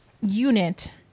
unit